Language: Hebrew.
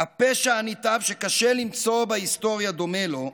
הפשע הנתעב שקשה למצוא בהיסטוריה דומה לו,